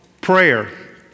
prayer